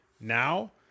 now